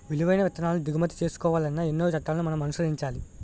విలువైన విత్తనాలు దిగుమతి చేసుకోవాలన్నా ఎన్నో చట్టాలను మనం అనుసరించాలి